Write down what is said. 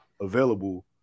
available